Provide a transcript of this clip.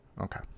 Okay